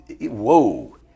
whoa